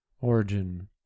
origin